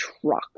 truck